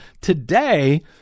Today